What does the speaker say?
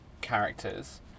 characters